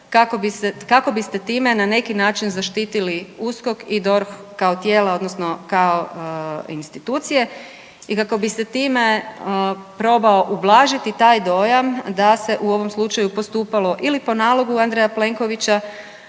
kako biste time na neki način zaštitili USKOK i DORH kao tijela, odnosno kao institucije i kako biste time probao ublažiti taj dojam da se u ovom slučaju postupalo ili po nalogu Andreja Plenkovića